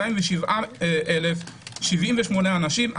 6,207,078 אנשים,